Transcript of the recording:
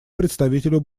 представителю